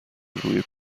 روی